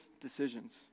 decisions